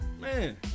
Man